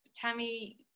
Tammy